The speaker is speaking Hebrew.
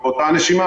ובאתה נשימה,